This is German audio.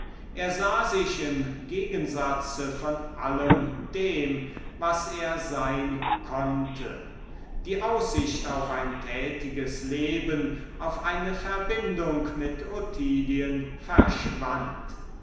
er sah sich im gegensatze von allem dem was er sein konnte die aussicht auf ein tätiges leben auf eine verbindung mit ottilien verschwand